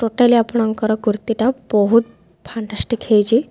totally ଆପଣଙ୍କର କୁର୍ତ୍ତୀଟା ବହୁତ ଫାଣ୍ଟାଷ୍ଟିକ୍ ହେଇଛି